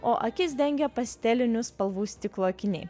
o akis dengia pastelinių spalvų stiklo akiniai